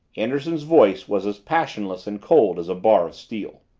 anderson's voice was as passionless and cold as a bar of steel.